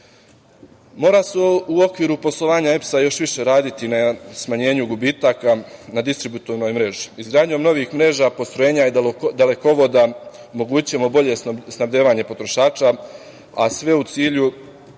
se u okviru poslovanja EPS-a još više raditi na smanjenju gubitaka na distributivnoj mreži. Izgradnjom novih mreža, postrojenja i dalekovoda omogućićemo bolje snabdevanje potrošača, a sve u cilju